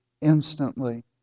instantly